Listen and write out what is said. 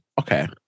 Okay